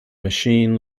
machine